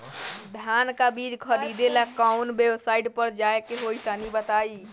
धान का बीज खरीदे ला काउन वेबसाइट पर जाए के होई तनि बताई?